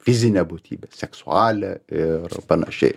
fizinę būtybę seksualią ir panašiai